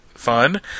fun